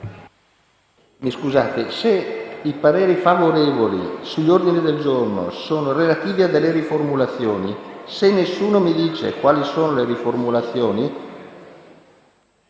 PRESIDENTE. I pareri favorevoli sugli ordini del giorno sono relativi a delle riformulazioni, ma nessuno mi dice quali sono queste riformulazioni.